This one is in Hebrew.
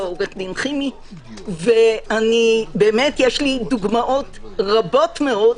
יש לי דוגמאות רבות מאוד,